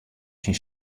syn